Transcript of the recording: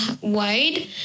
wide